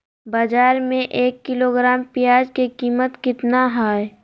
बाजार में एक किलोग्राम प्याज के कीमत कितना हाय?